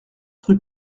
rue